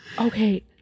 Okay